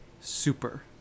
super